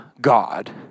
God